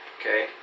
okay